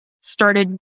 started